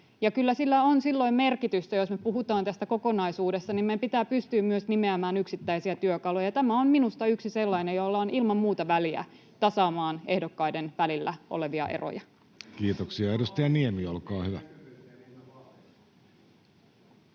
kyllä sillä on silloin merkitystä. Jos me puhutaan tästä kokonaisuudesta, niin meidän pitää pystyä myös nimeämään yksittäisiä työkaluja, ja tämä on minusta yksi sellainen, jolla on ilman muuta väliä ehdokkaiden välillä olevien erojen tasaamiseksi.